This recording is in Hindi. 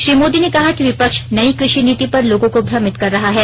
श्री मोदी ने कहा कि विपक्ष नई कृषि नीति पर लोगों को भ्रमित कर रहा है